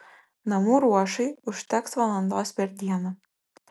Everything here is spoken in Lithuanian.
namų ruošai užteks valandos per dieną